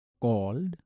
called